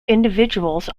individuals